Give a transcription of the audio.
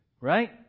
Right